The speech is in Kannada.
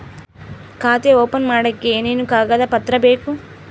ಖಾತೆ ಓಪನ್ ಮಾಡಕ್ಕೆ ಏನೇನು ಕಾಗದ ಪತ್ರ ಬೇಕು?